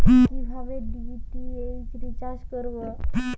কিভাবে DTH recharge করব?